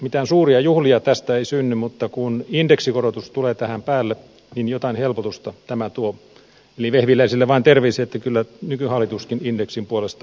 mitään suuria juhlia tästä ei synny mutta kun indeksikorotus tulee tähän päälle niin jotain helpotusta tämä tuo eli vehviläiselle vain terveisiä että kyllä nykyhallituskin indeksin puolesta on taistellut